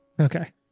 Okay